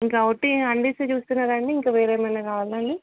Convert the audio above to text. ఇంక ఒకటి హాండీసే చుస్తారాండి ఇంకా వేరేమైనా కావాలాండి